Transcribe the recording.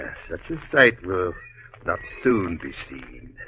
such a sight will not soon be seen